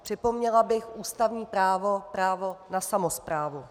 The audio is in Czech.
Připomněla bych ústavní právo, právo na samosprávu.